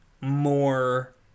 more